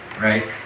right